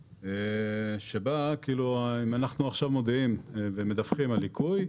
אם אנחנו עכשיו מודיעים ומדווחים על ליקוי,